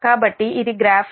కాబట్టి ఇది గ్రాఫ్